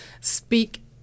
speak